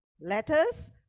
letters